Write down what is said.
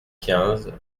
quinze